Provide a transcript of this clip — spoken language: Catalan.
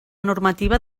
normativa